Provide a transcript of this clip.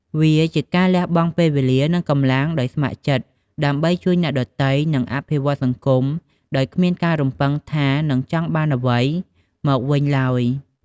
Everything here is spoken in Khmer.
វាជាការលះបង់ពេលវេលា និងកម្លាំងដោយស្ម័គ្រចិត្ត ដើម្បីជួយអ្នកដទៃ និងអភិវឌ្ឍសង្គមដោយគ្មានការរំពឹងថានឹងចង់បានអ្វីមកវិញឡើយ។